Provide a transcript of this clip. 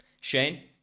Shane